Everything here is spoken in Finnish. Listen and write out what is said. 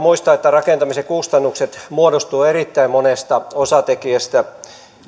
muistaa että rakentamisen kustannukset muodostuvat erittäin monesta osatekijästä